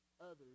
others